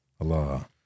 Allah